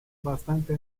bastante